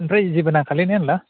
ओमफ्राय जेबो नांखालेना होनला